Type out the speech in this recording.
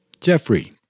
Jeffrey